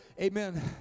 Amen